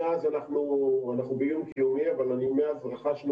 מאז אנחנו באיום קיומי אבל מאז רכשנו